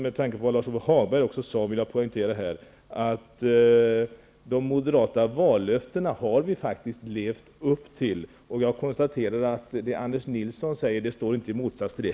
Med tanke på vad Lars-Ove Hagberg sade vill jag poängtera att de moderata vallöftena har vi faktiskt levt upp till. Jag konstaterar att det Anders Nilsson säger inte heller står i motsats till det.